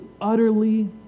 utterly